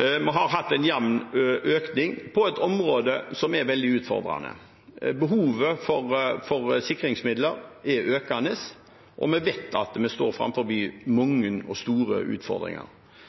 Vi har hatt en jevn økning på et område som er veldig utfordrende. Behovet for sikringsmidler er økende, og vi vet at vi står